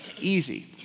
easy